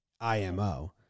IMO